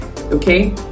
okay